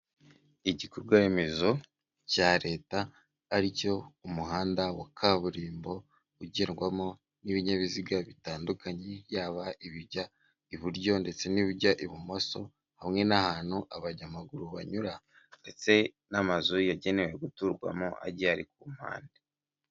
Igikorwa remezo cya leta ari cyo umuhanda wa kaburimbo ugendwamo n'ibinyabiziga bitandukanye, yaba ibijya iburyo ndetse n'ibijya ibumoso, hamwe n'ahantu abanyamaguru banyura ndetse n'amazu yagenewe guturwamo agiye ari ku mpande.